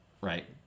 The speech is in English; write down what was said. right